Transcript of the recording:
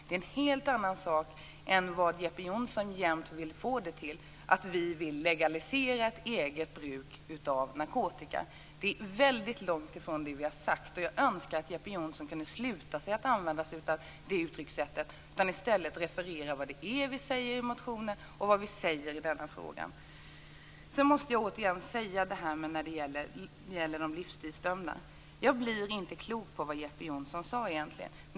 Det är en helt annan sak än vad Jeppe Johnsson vill få det till, att vi vill legalisera eget bruk av narkotika. Det är väldigt långt ifrån det vi har sagt. Jag önskar att Jeppe Johnsson kunde sluta att använda sig av det uttryckssättet utan i stället refererade det vi säger i motionen och i denna fråga. När det gäller de livstidsdömda måste jag säga att jag inte blir klok på vad Jeppe Johnsson egentligen sade.